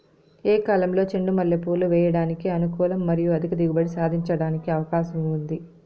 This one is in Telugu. ఏ కాలంలో చెండు మల్లె పూలు వేయడానికి అనుకూలం మరియు అధిక దిగుబడి సాధించడానికి అవకాశం ఉంది?